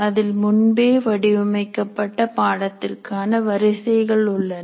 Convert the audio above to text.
அதில் முன்பே வடிவமைக்கப்பட்ட பாடத்திற்கான வரிசைகள் உள்ளன